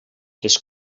les